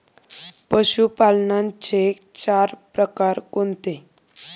पशुपालनाचे चार प्रकार कोणते?